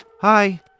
Hi